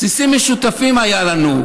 בסיסים משותפים היו לנו.